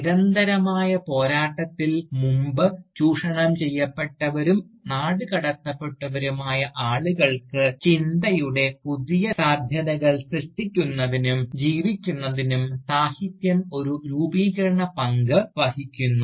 നിരന്തരമായ പോരാട്ടത്തിൽ മുമ്പ് ചൂഷണം ചെയ്യപ്പെട്ടവരും നാടുകടത്തപ്പെട്ടവരുമായ ആളുകൾക്ക് ചിന്തയുടെ പുതിയ സാധ്യതകൾ സൃഷ്ടിക്കുന്നതിനും ജീവിക്കുന്നതിനും സാഹിത്യം ഒരു രൂപീകരണ പങ്ക് വഹിക്കുന്നു